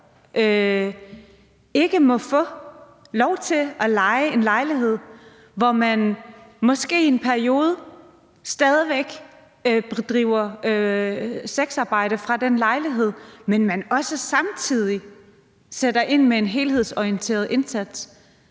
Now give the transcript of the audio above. ikke må få lov til at leje en lejlighed, hvor man måske en periode stadig væk driver sexarbejde fra, men hvor der også samtidig sættes ind med en helhedsorienteret indsats.